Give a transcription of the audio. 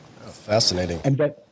Fascinating